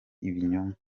ibinyoma